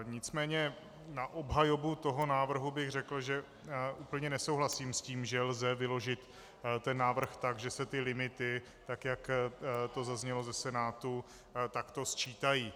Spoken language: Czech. Nicméně na obhajobu toho návrhu bych řekl, že úplně nesouhlasím s tím, že lze vyložit návrh tak, že se ty limity, tak jak to zaznělo ze Senátu, takto sčítají.